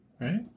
Right